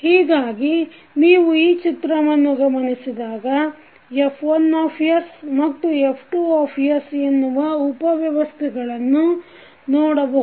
ಹೀಗಾಗಿ ನೀವು ಈ ಚಿತ್ರವನ್ನು ಗಮನಿಸಿದಾಗ F1s ಮತ್ತು F2s ಎನ್ನುವ ಉಪ ವ್ಯವಸ್ಥೆಗಳನ್ನು ನೋಡಬಹುದು